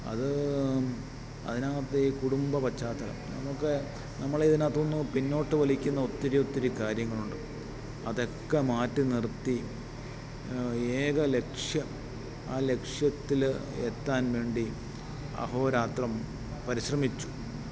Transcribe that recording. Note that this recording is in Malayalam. അത് അതിനകത്ത് ഈ കുടുംബ പശ്ചാത്തലം നമുക്ക് നമ്മളതിനകത്തു നിന്നും പിന്നോട്ടു വലിക്കുന്ന ഒത്തിരി ഒത്തിരി കാര്യങ്ങളുണ്ട് അതൊക്കെ മാറ്റി നിർത്തി ഏക ലക്ഷ്യം ആ ലക്ഷ്യത്തിൽ എത്താൻ വേണ്ടി അഹോരാത്രം പരിശ്രമിച്ചു